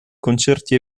concerti